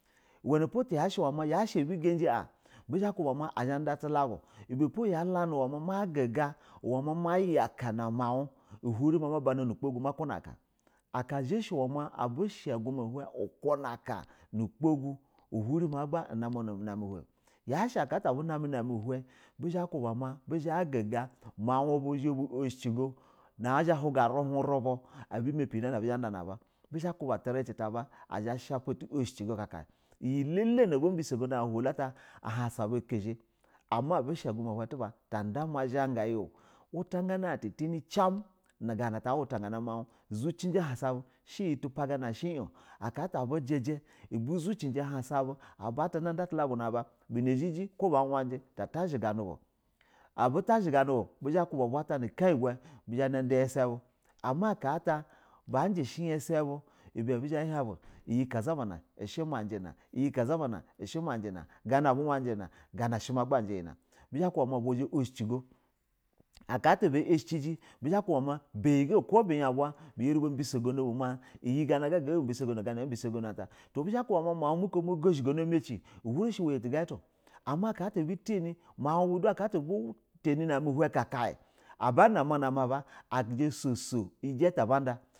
Uwena po ti yashɛ abu gaji a bizha ba kuba ma azha ada tulagu ma guga uwa ma ma ya talagu ma guga uma ma maya aka nu mawu hurɛ ma mabana nu ugbo ga ma yanka aka zhishɛ abu shɛ aguma uhin iyi aka nu ugbogu uhuri ma gba na ma na ma na ami uhin yashɛ aka at abu na mi na a mi uhin bizha ku bama mawu bu zha ma bu oshiji go na azha a huga ruhu rubu abi ma pi iyi na abu zha ba da na ba bizha abu mapi iyi na aba zha ba da na aba bizha ba kuba trici ta aba a zha a sha pa tu ushiji go kakai, iyi a elele na a ba biso gono an na aka ata ahansa aba zha akazhɛ, ama bu shɛ aguma uhin tuba tada mazha ga yo wuta gana an ta tani cimu nu gananɛ ta a uwuta gana mawu zucin a hinsa bu shɛ iyɛtu paga na ushɛ in o aka ata abu jij zuciji ahasa bu kato aba da tula gu na aba huna zhɛji ko ba wariji ta tashɛ ganɛ bu, abu ta zhɛ ga nib u ga bu ata nɛ gayi bu zha na ida yɛsɛ bu ama aka at banji shɛ iyasa bu iyi kaza bana ushɛ majina iyi kaza bana ushɛ ma jina ina bizha ba kuba ma bizha ba ushɛ cigo, aka ata ba ishɛjɛ bizha ba kuba ma biyɛ ga oko biya uba iyɛ gana ga obusogo no gano ata buzha bakuba mawu mu ko mogo zhi gono amaci uhun shɛ uwɛ tu gana ato ama aka ata abu tani mawu tani nu azha soso ujato aba da.